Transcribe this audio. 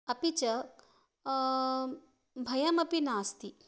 अपि च भयमपि नास्ति